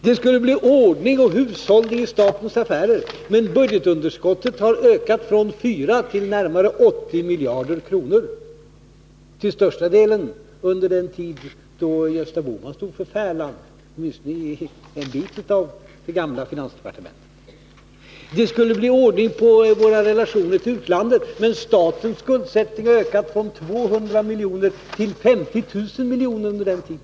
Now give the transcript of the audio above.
Det skulle bli ordning och hushållning i statens affärer, men budgetunderskottet har ökat från 4 till närmare 80 miljarder kronor, till största delen under den tid då Gösta Bohman stod för färlan eller åtminstone en bit av det gamla finansdepartementet. Det skulle bli ordning på våra relationer till utlandet. Men statens skuldsättning har ökat från 200 miljoner till 50 000 miljoner under den tiden.